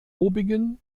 obigen